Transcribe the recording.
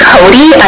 Cody